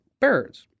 birds